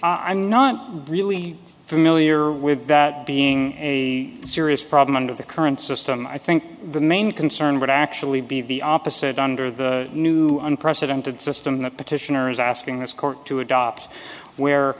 regularly i'm not really familiar with that being a serious problem under the current system i think the main concern would actually be the opposite under the new unprecedented system that petitioner is asking this court to adopt where